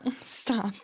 stop